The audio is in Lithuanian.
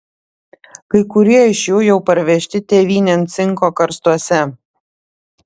kai kurie iš jų jau parvežti tėvynėn cinko karstuose